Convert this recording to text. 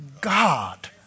God